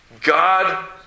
God